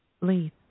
Leave